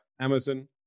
Amazon